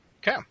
Okay